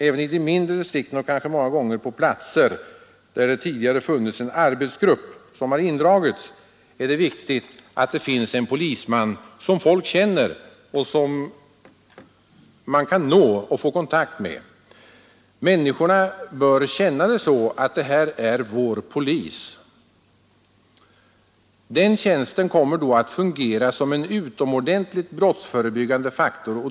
Även i de mindre distrikten — och kanske många gånger på platser där det tidigare funnits en arbetsgrupp som sedan har indragits — är det viktigt att det finns en polisman som folk känner och lätt kan nå och få kontakt med. Människorna bör känna det så, att ”det här är vår polis”. Den tjänsten kommer då att fungera som en utomordentligt brottsförebyggande faktor.